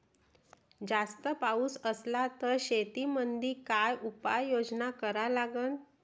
जास्त पाऊस असला त शेतीमंदी काय उपाययोजना करा लागन?